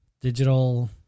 digital